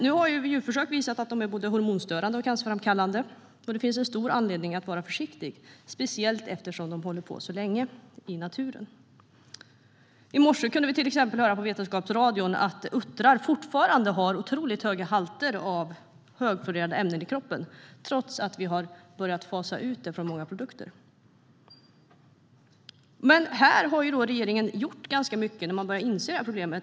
Nu har dock djurförsök visat att de är både hormonstörande och cancerframkallande, så det finns stor anledning att vara försiktig - speciellt eftersom de finns kvar så länge i naturen. I morse kunde vi till exempel höra i Vetenskapsradion att uttrar fortfarande har otroligt höga halter av högfluorerade ämnen i kroppen, trots att vi har börjat fasa ut dem från många produkter. Regeringen har gjort ganska mycket efter att man började inse problemet.